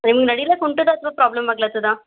ನಿಮ್ಗೆ ನಡಿಲಕ್ಕ ಹೊಂಟದಾ ಅಥವಾ ಪ್ರಾಬ್ಲಮ್ ಆಗ್ಲತ್ತದಾ